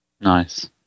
nice